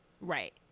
Right